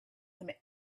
him